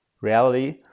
reality